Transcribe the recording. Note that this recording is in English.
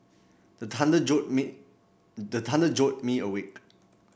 the thunder jolt me the thunder jolt me awake